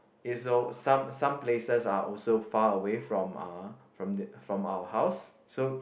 it's a some some places are also far away from uh from our from our house so